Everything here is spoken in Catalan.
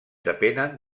depenen